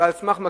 ועל סמך,